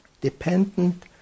dependent